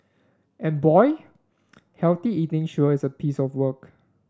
and boy healthy eating sure is a piece of work